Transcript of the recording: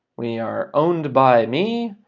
we are owned by me.